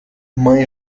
mãe